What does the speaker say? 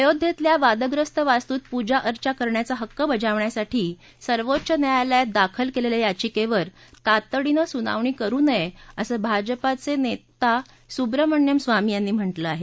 अयोध्येतल्या वादग्रस्त वास्तूत पूजा अर्चा करण्याचा हक्क बजावण्यासाठी सर्वोच्च न्यायालयात दाखल केलेल्या याचिकेवर तातडीनं सुनावणी करु नये असं भाजपाचे नेता सुब्रमण्यम् स्वामी यांनी म्हटलं आहे